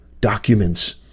documents